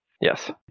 Yes